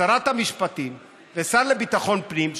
שרת המשפטים והשר לביטחון פנים,